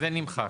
זה נמחק.